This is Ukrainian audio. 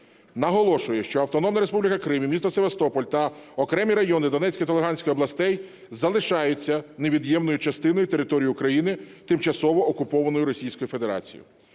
наголошує, що Автономна Республіка Крим і місто Севастополь та окремі райони Донецької та Луганської областей залишаються невід'ємною частиною території України, тимчасово окупованої Російською Федерацією.